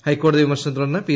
ഹൈക്കോടതി വിമർശനത്തെ തുടർന്ന് പി